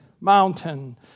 Mountain